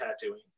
tattooing